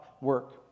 work